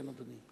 כן, אדוני.